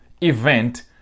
event